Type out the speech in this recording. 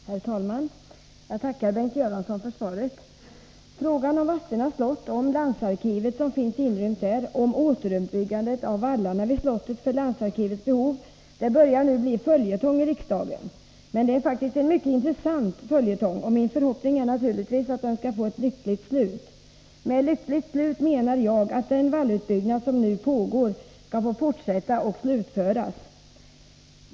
Herr talman! Jag tackar Bengt Göransson för svaret. Frågan om Vadstena slott — och landsarkivet som finns inrymt där — samt om återuppbyggandet av vallarna vid slottet för landsarkivets behov börjar nu bli följetong i riksdagen. Men det är faktiskt en mycket intressant följetong, och min förhoppning är naturligtvis att den skall få ett lyckligt slut. Med lyckligt slut menar jag att den vallutbyggnad som nu pågår skall få fortsätta och slutföras.